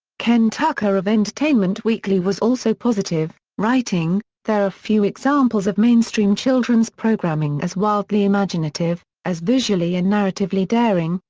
ken tucker of entertainment weekly was also positive, writing there are few examples of mainstream children's programming as wildly imaginative, as visually and narratively daring,